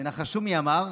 תנחשו מי אמר?